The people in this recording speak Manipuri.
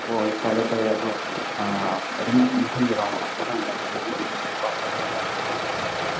ꯍꯣꯏ ꯍꯣꯏ ꯐꯔꯦ ꯐꯔꯦ ꯑꯗꯣ ꯑꯗꯨꯝ ꯃꯊꯪꯒꯤ ꯔꯥꯎꯟ ꯂꯥꯛꯄꯀꯥꯟꯗ ꯐꯖꯅ ꯎꯟꯅꯔꯁꯤꯀꯣ ꯋꯥꯔꯤ ꯋꯥꯇꯥꯏ ꯑꯃꯨꯛ ꯐꯖꯅ ꯁꯥꯟꯅꯔꯁꯤꯀꯣ